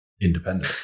independent